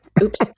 oops